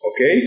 okay